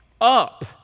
Up